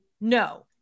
No